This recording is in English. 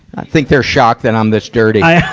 i think they're shocked that i'm this dirty. yeah